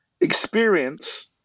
Experience